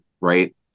right